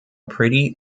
pretty